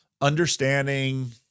Understanding